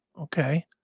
Okay